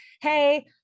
hey